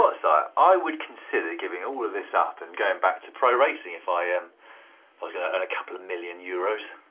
ah i would consider giving all of this up and going back to pro racing if i and was going to earn a couple of million euros.